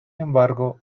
embargo